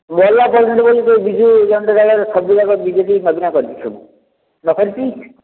ମଲା ପର୍ଯ୍ୟନ୍ତ ବୋଲିକି ସବୁ ବିଜୁ ଜନତା ଦଳ ସବୁଯାକ ବି ଜେ ଡ଼ି ନବୀନ କରିଛି ସବୁ ନ କରିଛି